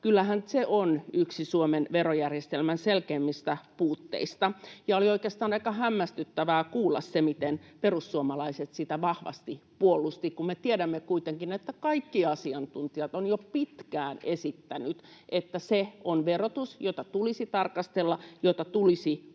kyllähän se on yksi Suomen verojärjestelmän selkeimmistä puutteista. Oli oikeastaan aika hämmästyttävää kuulla se, miten Perussuomalaiset sitä vahvasti puolusti, kun me tiedämme kuitenkin, että kaikki asiantuntijat ovat jo pitkään esittäneet, että se on verotus, jota tulisi tarkastella ja jota tulisi uudistaa.